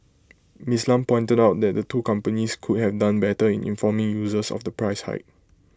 Ms Lam pointed out that the two companies could have done better in informing users of the price hike